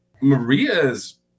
maria's